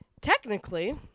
technically